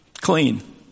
Clean